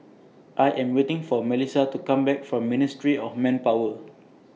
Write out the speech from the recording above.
I Am waiting For Melissia to Come Back from Ministry of Manpower